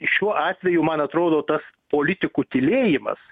šiuo atveju man atrodo tas politikų tylėjimas